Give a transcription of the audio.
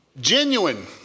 Genuine